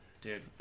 dude